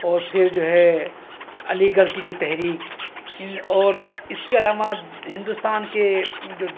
اور پھر جو ہے علی گڑھ کی جو تحریک اِن اور اِس کے علاوہ ہندوستان کے جو